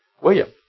William